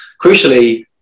Crucially